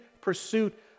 pursuit